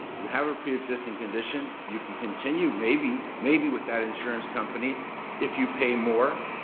you have a preexisting condition you can continue maybe maybe with that insurance company if you pay more,